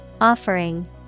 Offering